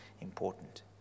important